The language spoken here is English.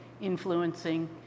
influencing